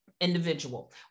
individual